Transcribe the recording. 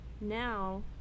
now